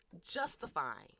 justifying